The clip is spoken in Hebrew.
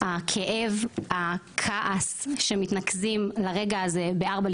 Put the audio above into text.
הכאב והכעס מתנקזים לרגע הזה ב-04:00,